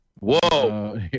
Whoa